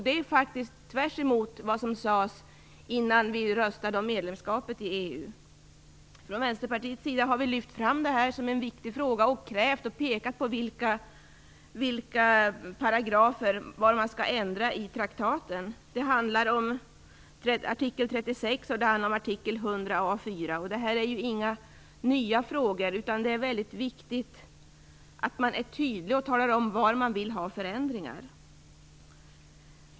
Det är faktiskt motsatsen till vad som sades innan vi röstade om medlemskap i Vi i Vänsterpartiet har lyft fram detta som en viktig fråga. Vi har krävt ändringar, och även pekat på var det skall ändras, i traktaten. Det handlar om artiklarna 36 och 100 a 4. Det här är ju inga nya frågor. Det är alltså väldigt viktigt att man är tydlig och att man talar om var man vill ha förändringar.